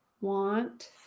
want